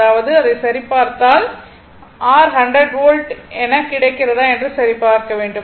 அதாவது அதைச் சரிபார்த்தால் R 100 வோல்ட் எனக் கிடைக்கிறதா என சரிபார்க்க வேண்டும்